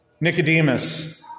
Nicodemus